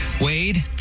Wade